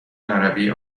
عربی